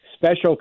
special